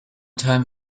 time